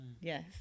Yes